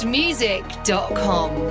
music.com